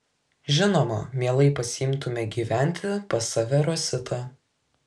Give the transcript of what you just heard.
žinoma mielai pasiimtume gyventi pas save rositą